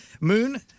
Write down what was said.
Moon